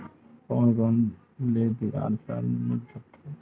कोन कोन ले तिहार ऋण मिल सकथे?